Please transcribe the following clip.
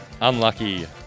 Unlucky